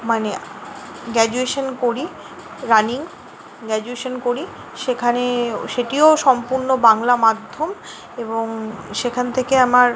মানে গ্র্যাজুয়েশান করি running graduation করি সেখানে সেটিও সম্পূর্ণ বাংলা মাধ্যম এবং সেখান থেকে আমার